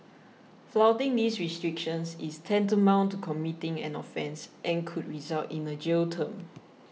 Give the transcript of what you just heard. flouting these restrictions is tantamount to committing an offence and could result in a jail term